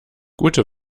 gute